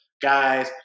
guys